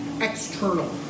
external